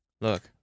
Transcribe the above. Look